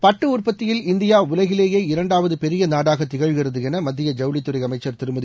பட்டு உற்பத்தியில் இந்தியா உலகிலேயே இரண்டாவது பெரிய நாடாக திகழ்கிறது என மத்திய ஜவுளித் துறை அமைச்சர் திருமதி